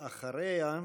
אחריה,